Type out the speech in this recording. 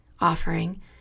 offering